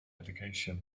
education